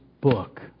book